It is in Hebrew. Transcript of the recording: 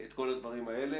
האסורים.